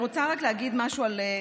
תודה,